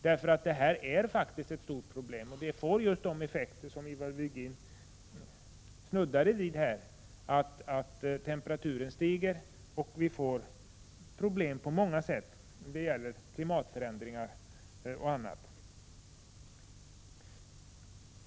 Detta är ett stort problem som får just de effekter som Ivar Virgin snuddade vid i sitt anförande. Temperaturen stiger, och vi får problem på många sätt när det gäller klimatförändringar och annat.